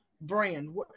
brand